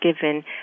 given